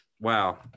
Wow